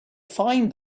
find